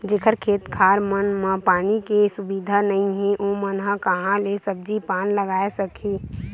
जेखर खेत खार मन म पानी के सुबिधा नइ हे ओमन ह काँहा ले सब्जी पान लगाए सकही